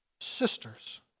sisters